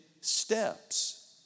steps